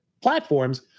platforms